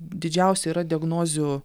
didžiausia yra diagnozių